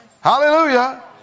Hallelujah